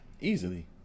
Easily